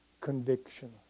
conviction